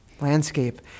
landscape